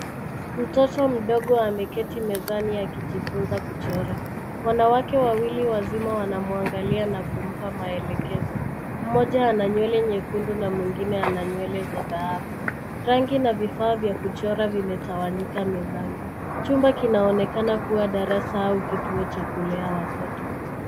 Mtoto mdogo ameketi mezani akijifunza kuchora. Wanawake wawili wazima wanamwangalia na kumpa maelekezo. Mmoja ana nywele nyekundu na mwingine ana nywele za dhahabu. Rangi na vifaa vya kuchora vimetawanyika mezani. Chumba kinaonekana kuwa darasa au kituo cha kulea watoto.